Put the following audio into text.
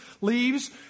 leaves